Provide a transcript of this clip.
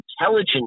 intelligence